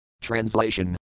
Translation